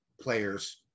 players